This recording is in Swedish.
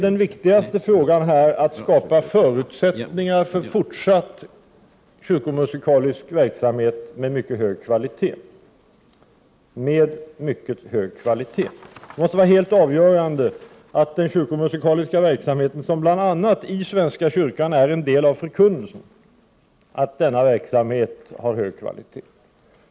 Den viktigaste frågan är, som jag ser det, att skapa förutsättningar för fortsatt kyrkomusikalisk verksamhet av mycket hög kvalitet. Det måste vara helt avgörande att den kyrkomusikaliska verksamheten, som bl.a. i svenska kyrkan är en del av förkunnelsen, är av hög kvalitet.